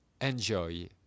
enjoy